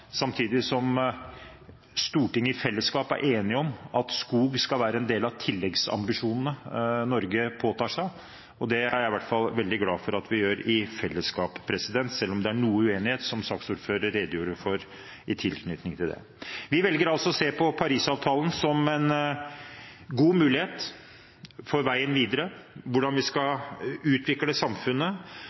Samtidig er Stortinget i fellesskap enig om at skog skal være en del av tilleggsambisjonene som Norge påtar seg. Det er jeg i hvert fall veldig glad for at vi gjør i fellesskap, selv om det er noe uenighet, som saksordføreren redegjorde for i tilknytning til det. Vi velger å se på Paris-avtalen som en god mulighet for veien videre. Hvordan vi skal utvikle samfunnet,